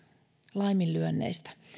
laiminlyönneistä